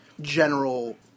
general